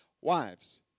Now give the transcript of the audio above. wives